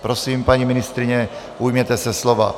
Prosím, paní ministryně, ujměte se slova.